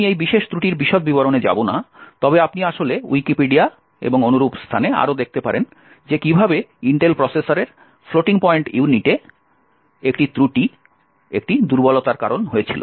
আমি এই বিশেষ ত্রুটির বিশদ বিবরণে যাব না তবে আপনি আসলে উইকিপিডিয়া এবং অনুরূপ স্থানে আরও দেখতে পারেন যে কীভাবে ইন্টেল প্রসেসরের ফ্লোটিং পয়েন্ট ইউনিটে একটি ত্রুটি একটি দুর্বলতার কারণ হয়েছিল